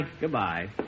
Goodbye